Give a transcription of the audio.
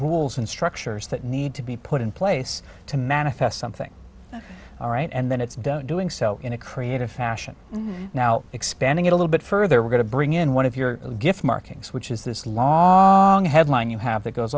rules and structures that need to be put in place to manifest something alright and then it's don't doing so in a creative fashion now expanding it a little bit further we're going to bring in one of your gifts markings which is this long headline you have that goes